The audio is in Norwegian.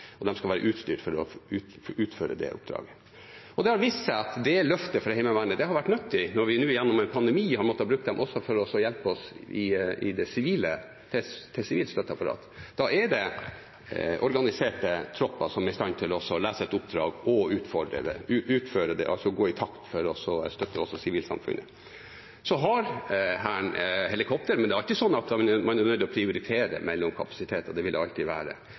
vist seg at løftet for Heimevernet har vært nyttig når vi gjennom en pandemi har måttet bruke dem også for å hjelpe oss i det sivile, til sivilt støtteapparat. Da er det organiserte tropper som er i stand til å lese et oppdrag og utføre det, altså gå i takt for å støtte sivilsamfunnet. Hæren har helikoptre, men det er alltid sånn at man er nødt til å prioritere mellom kapasiteter. Det vil det alltid være.